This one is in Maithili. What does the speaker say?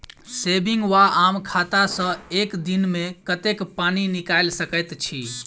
सेविंग वा आम खाता सँ एक दिनमे कतेक पानि निकाइल सकैत छी?